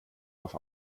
auf